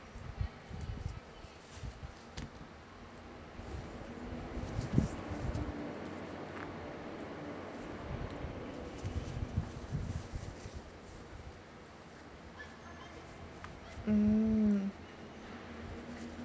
mm